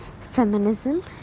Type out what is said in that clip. Feminism